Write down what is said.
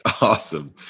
Awesome